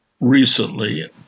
Recently